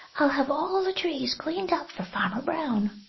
i'll have all the trees cleaned up for farmer brown.